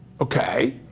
Okay